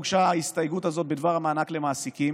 הוגשה ההסתייגות הזאת בדבר המענק למעסיקים,